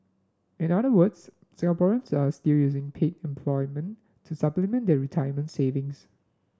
in other words Singaporeans are still using paid employment to supplement their retirement savings